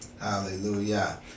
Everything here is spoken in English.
Hallelujah